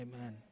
Amen